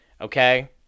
okay